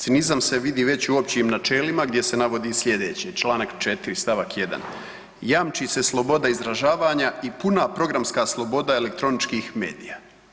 Cinizam se vidi već u općim načelima gdje se navodi sljedeće, čl. 4 st. 1, jamči se sloboda izražavanja i puna programska sloboda elektroničkih medija.